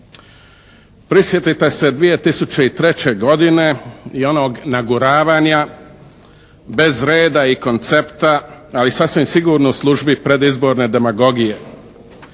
Prisjetite se 2003. godine i onog naguravanja bez reda i koncepta, ali sasvim sigurno u službi predizbore demagogije.